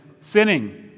sinning